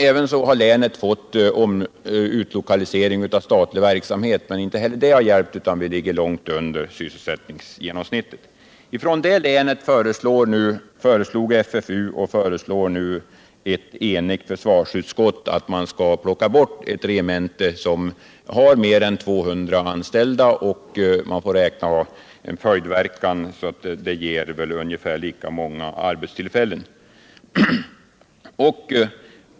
Länet har också fått utlokalisering av statlig verksamhet, men inte heller det har hjälpt — vi ligger långt under sysselsättningsgenomsnittet. Från detta län föreslog FFU och föreslår nu ett enigt försvarsutskott att man skall plocka bort ett regemente som har mer än 200 anställda; man får räkna med att det får en följdverkan på lika många arbetstillfällen.